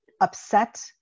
upset